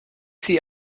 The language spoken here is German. sie